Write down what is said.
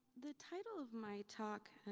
the title of my talk